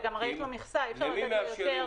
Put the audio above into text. גם ראית במכסה אי אפשר לתת יותר.